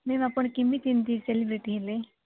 ma'am ଆପଣ କେମିତି ଏମିତି ସେଲିବ୍ରେଟି ହେଲେ